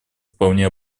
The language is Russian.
вполне